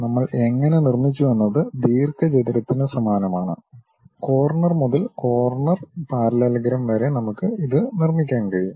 നമ്മൾ എങ്ങനെ നിർമ്മിച്ചുവെന്നത് ദീർഘചതുരത്തിന് സമാനമാണ് കോർണർ മുതൽ കോർണർ പാരലലോഗ്രാം വരെ നമുക്ക് ഇത് നിർമ്മിക്കാൻ കഴിയും